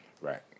Right